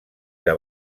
que